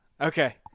Okay